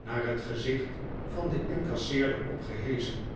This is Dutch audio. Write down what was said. naar het gezicht van den incasseerder opgeheschen